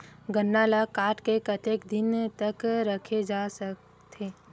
गन्ना ल काट के कतेक दिन तक रखे जा सकथे?